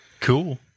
Cool